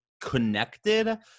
connected